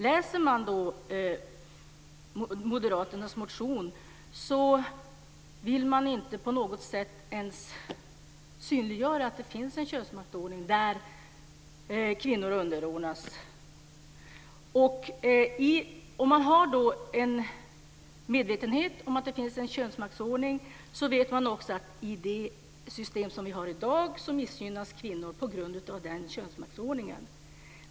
Läser man då Moderaternas motion ser man att de inte på något sätt ens vill synliggöra att det finns en könsmaktsordning där kvinnor underordnas. Om man har en medvetenhet om att det finns en könsmaktsordning vet man också att i det system som vi har i dag missgynnas kvinnor på grund av den könsmaktsordningen.